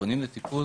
שפונים לטיפול,